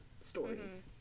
stories